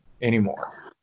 anymore